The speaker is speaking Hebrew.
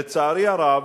לצערי הרב,